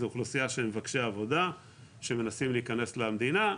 זו אוכלוסייה של מבקשי עבודה שמנסים להיכנס למדינה.